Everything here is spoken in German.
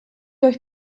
euch